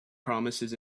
promises